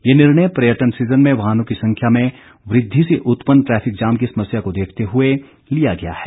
ये निर्णय पर्यटन सीजन में वाहनों की संख्या में वृद्धि से उत्पन्न ट्रैफिक जाम की समस्या को देखते हुए लिया गया है